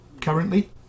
Currently